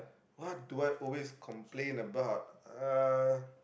what do I always complain about uh